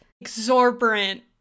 exorbitant